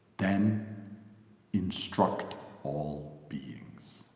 then instruct all beings,